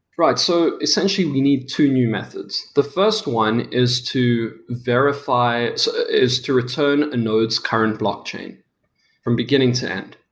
right. so essentially, we need two new methods. the first one is to verify is to return a node's current blockchain from beginning to end.